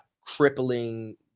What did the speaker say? crippling